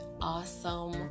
awesome